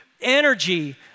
energy